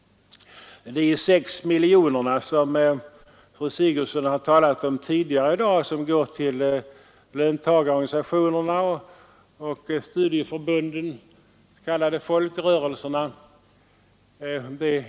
Fru Sigurdsen har tidigare i dag talat om de 6 miljoner som går till löntagarorganisationerna och studieförbunden — de s.k. folkrörelserna.